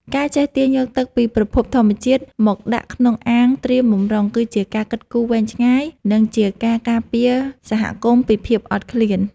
ការចេះទាញយកទឹកពីប្រភពធម្មជាតិមកដាក់ក្នុងអាងត្រៀមបម្រុងគឺជាការគិតគូរវែងឆ្ងាយ និងជាការការពារសហគមន៍ពីភាពអត់ឃ្លាន។